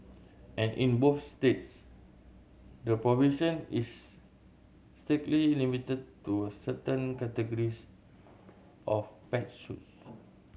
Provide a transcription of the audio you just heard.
and in both states the provision is strictly limited to a certain categories of pets suits